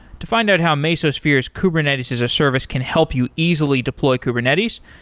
to find out how mesosphere's kubernetes as a service can help you easily deploy kubernetes,